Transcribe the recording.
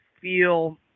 feel